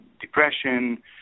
depression